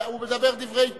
הוא מדבר דברי טעם.